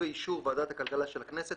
ובאישור ועדת הכלכלה של הכנסת,